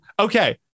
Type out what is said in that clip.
Okay